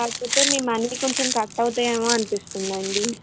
కాకపోతే మీ మనీ కొంచెం కట్ అవుతాయేమో అనిపిస్తుందండి